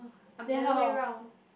I'm the other way round